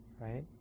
right